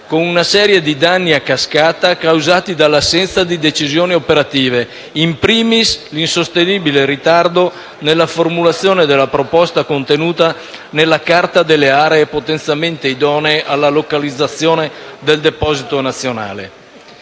con una serie di danni a cascata causati dall'assenza di decisioni operative, *in primis* l'insostenibile ritardo nella formulazione della proposta contenuta nella Carta delle aree potenzialmente idonee alla localizzazione del deposito nazionale.